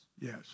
Yes